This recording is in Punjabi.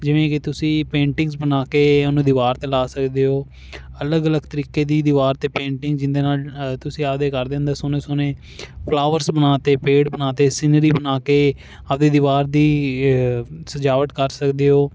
ਜਿਵੇਂ ਕਿ ਤੁਸੀਂ ਪੇਂਟਿੰਗਸ ਬਣਾ ਕੇ ਉਹਨੂੰ ਦੀਵਾਰ ਤੇ ਲਾ ਸਕਦੇ ਓ ਅਲੱਗ ਅਲੱਗ ਤਰੀਕੇ ਦੀ ਦੀਵਾਰ ਤੇ ਪੇਂਟਿੰਗ ਜੀਹਦੇ ਨਾਲ ਤੁਸੀਂ ਆਪਦੇ ਘਰ ਦੇ ਅੰਦਰ ਸੋਹਣੇ ਸੋਹਣੇ ਫਲਾਵਰਸ ਬਣਾ ਤੇ ਪੇੜ ਬਣਾ ਤੇ ਸਿਨਰੀ ਬਣਾ ਕੇ ਆਪਦੀ ਦੀਵਾਰ ਦੀ ਸਜਾਵਟ ਕਰ ਸਕਦੇ ਓ